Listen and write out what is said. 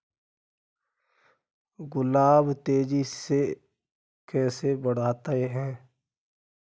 गुलाब तेजी से कैसे बढ़ता है?